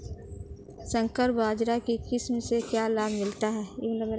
संकर बाजरा की किस्म से क्या लाभ मिलता है?